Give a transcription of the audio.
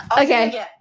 Okay